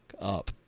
up